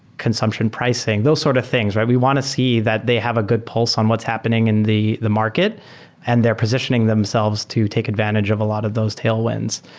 consumption pricing? those sort of things. but we want to see that they have a good pulse on what's happening in the the market and they're positioning themselves to take advantage of a lot of those tailwinds.